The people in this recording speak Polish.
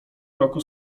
roku